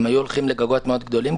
והם היו הולכים לגגות מאוד גדולים,